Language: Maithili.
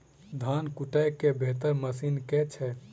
धान कुटय केँ बेहतर मशीन केँ छै?